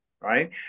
Right